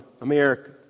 America